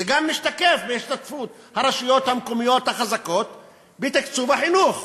זה גם משתקף בהשתתפות הרשויות המקומיות החזקות בתקצוב החינוך.